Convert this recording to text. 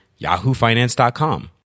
yahoofinance.com